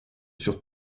sur